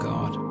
God